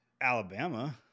Alabama